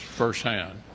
firsthand